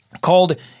called